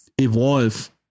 evolve